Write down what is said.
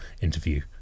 interview